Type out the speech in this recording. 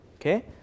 Okay